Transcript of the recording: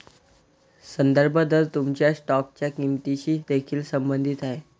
संदर्भ दर तुमच्या स्टॉकच्या किंमतीशी देखील संबंधित आहे